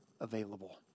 available